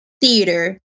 theater